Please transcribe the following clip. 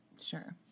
Sure